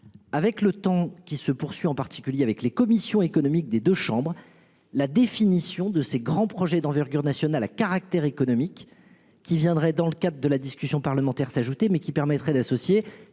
Avec le temps qui se poursuit en particulier avec les commissions économiques des deux chambres, la définition de ces grands projets d'envergure nationale à caractère économique qui viendrait dans le cadre de la discussion parlementaire s'ajouter mais qui permettrait d'associer